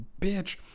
bitch